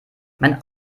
mein